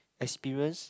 experience